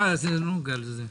אה, זה לא נוגע לזה.